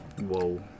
whoa